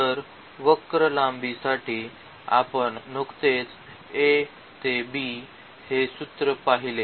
तर वक्र लांबी साठी आपण नुकतेच a ते b हे सूत्र पाहिले